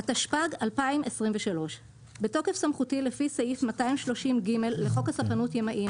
התשפ"ג - 2023 בתוקף סמכותי לפי סעיף 230(ג) לחוק הספנות (ימאים),